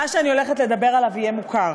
מה שאני הולכת לדבר עליו יהיה מוכר,